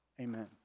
amen